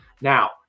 Now